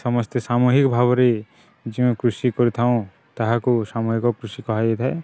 ସମସ୍ତେ ସାମୂହିକ ଭାବରେ ଯେଉଁ କୃଷି କରିଥାଉଁ ତାହାକୁ ସାମୂହିକ କୃଷି କୁହାଯାଇ ଥାଏ